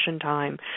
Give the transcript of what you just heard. time